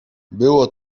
było